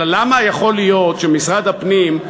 למה יכול להיות שמשרד הפנים,